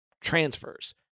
transfers